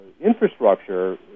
infrastructure